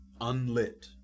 unlit